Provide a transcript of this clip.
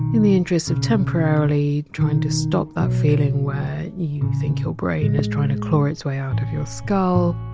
in the interests of temporarily trying to stop that feeling where you think your brain is trying to claw its way out of your skull,